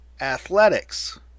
athletics